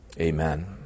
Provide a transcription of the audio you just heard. Amen